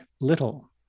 little